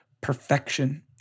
perfection